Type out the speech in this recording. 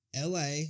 LA